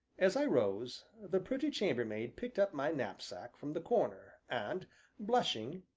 as i rose, the pretty chambermaid picked up my knapsack from the corner, and blushing,